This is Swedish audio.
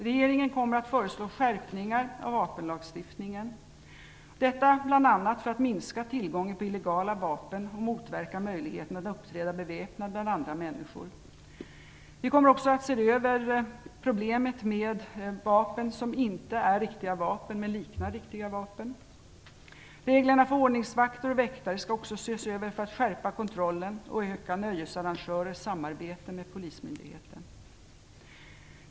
Regeringen kommer att föreslå skärpningar av vapenlagstiftningen, detta bl.a. för att minska tillgången på illegala vapen och motverka möjligheten att uppträda beväpnad bland andra människor. Vi kommer också att se över problemet med vapen som inte är riktiga vapen men som liknar riktiga vapen. Reglerna för ordningsvakter och väktare skall också ses över för att skärpa kontrollen och öka nöjesarrangörers samarbete med polismyndigheten.